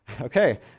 Okay